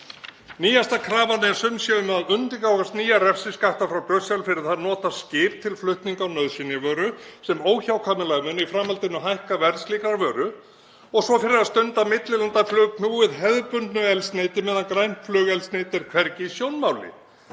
Nýjasta krafan er sumsé um að undirgangast nýja refsiskatta frá Brussel fyrir það að nota skip til flutninga á nauðsynjavöru sem óhjákvæmilega mun í framhaldinu hækka verð slíkrar vöru og svo fyrir að stunda millilandaflug knúið hefðbundnu eldsneyti meðan grænt flugvélaeldsneyti er hvergi í sjónmáli.